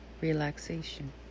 relaxation